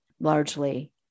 largely